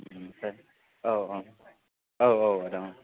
ओमफ्राय औ औ औ औ आदा औ औ